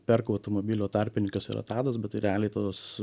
perka automobilio tarpininkas yra tadas bet tai realiai tos